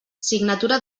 signatura